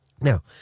Now